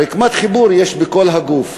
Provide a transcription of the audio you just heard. רקמת חיבור יש בכל הגוף.